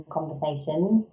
conversations